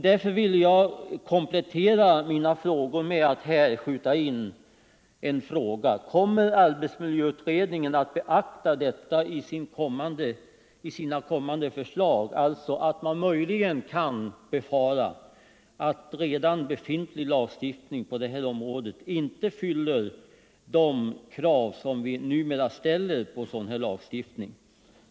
Därför vill jag komplettera mina frågor och skjuta in: Kommer arbetsmiljöutredningen i sina förslag att beakta det som möjligen kan befaras, nämligen att redan befintlig lagstiftning på detta område inte fyller de krav vi numera ställer på sådan lagstiftning?